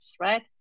right